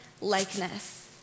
likeness